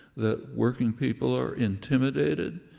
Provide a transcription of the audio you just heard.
that working people are intimidated,